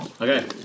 Okay